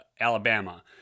Alabama